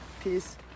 Peace